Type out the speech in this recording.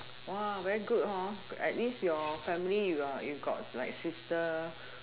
very good at least your family you got like sister